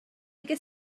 ges